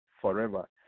forever